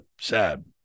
sad